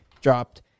dropped